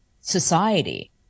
society